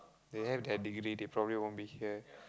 they have their degree they probably won't be here